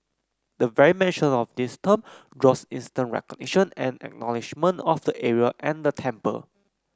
the very mention of this term draws instant recognition and acknowledgement of the area and the temple